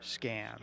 scam